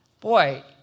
boy